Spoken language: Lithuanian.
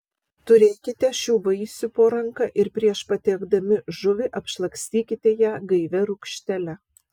turėkite šių vaisių po ranka ir prieš patiekdami žuvį apšlakstykite ją gaivia rūgštele